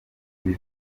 kuri